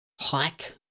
hike